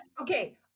Okay